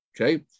Okay